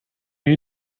you